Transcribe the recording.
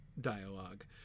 dialogue